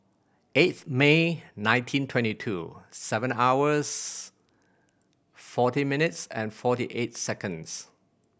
eighth May nineteen twenty two seven hours forty minutes and forty eight seconds